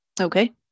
Okay